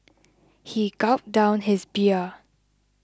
he gulped down his beer